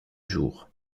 jour